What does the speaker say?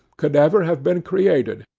could ever have been created.